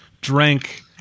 drank